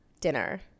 dinner